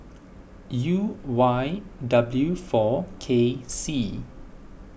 U Y W four K C